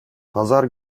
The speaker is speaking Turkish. pazar